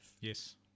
Yes